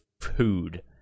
food